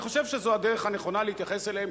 אני חושב שזו הדרך הנכונה להתייחס אליהם,